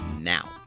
now